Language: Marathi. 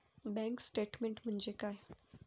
बँक स्टेटमेन्ट म्हणजे काय?